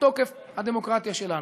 מתוקף הדמוקרטיה שלנו.